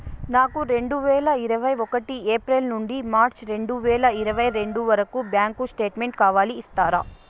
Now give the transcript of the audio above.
నాకు రెండు వేల ఇరవై ఒకటి ఏప్రిల్ నుండి మార్చ్ రెండు వేల ఇరవై రెండు వరకు బ్యాంకు స్టేట్మెంట్ కావాలి ఇస్తారా